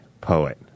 poet